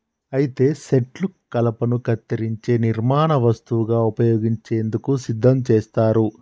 అయితే సెట్లు కలపను కత్తిరించే నిర్మాణ వస్తువుగా ఉపయోగించేందుకు సిద్ధం చేస్తారు